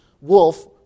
wolf